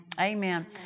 Amen